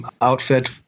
outfit